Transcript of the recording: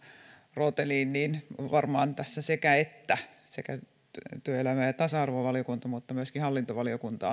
rooteliin niin on varmaan tässä sekä että työelämä ja tasa arvovaliokunta mutta myöskin hallintovaliokunta